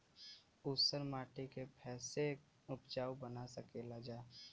ऊसर माटी के फैसे उपजाऊ बना सकेला जा?